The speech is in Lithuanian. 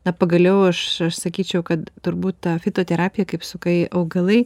na pagaliau aš aš sakyčiau kad turbūt ta fitoterapija kaip sakai augalai